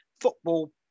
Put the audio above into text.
football